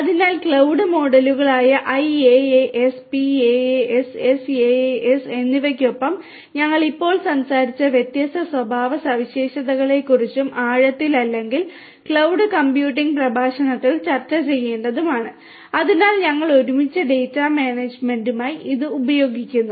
അതിനാൽ ക്ലൌഡ് മോഡലുകളായ IaaS PaaS SaaS എന്നിവയ്ക്കൊപ്പം ഞങ്ങൾ ഇപ്പോൾ സംസാരിച്ച വ്യത്യസ്ത സ്വഭാവസവിശേഷതകളെക്കുറിച്ചും ആഴത്തിൽ അല്ലെങ്കിൽ ക്ലൌഡ് കമ്പ്യൂട്ടിംഗ് പ്രഭാഷണങ്ങളിൽ ചർച്ച ചെയ്യേണ്ടതുമാണ് അതിനാൽ ഞങ്ങൾ ഒരുമിച്ച് ഡാറ്റ മാനേജുമെന്റിനായി ഇത് ഉപയോഗിക്കാൻ പോകുന്നു